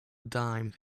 dime